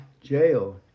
jail